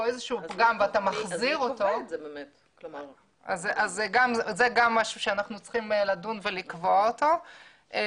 פגם ואתה מחזיר אותו --- מי קובע את זה?